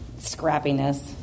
Scrappiness